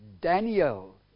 Daniel